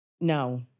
No